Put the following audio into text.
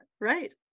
right